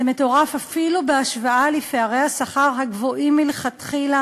זה מטורף אפילו בהשוואה לפערי השכר הגבוהים מלכתחילה